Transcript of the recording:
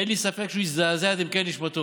אין לי ספק שהוא הזדעזע עד עמקי נשמתו,